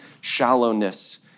shallowness